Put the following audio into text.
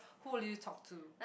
who would you talk to